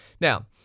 Now